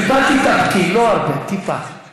אלה המספרים, לא רק על-פי משרד, אל תפריעי לי.